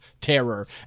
Terror